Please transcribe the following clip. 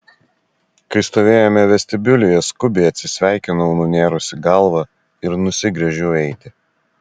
kai stovėjome vestibiulyje skubiai atsisveikinau nunėrusi galvą ir nusigręžiau eiti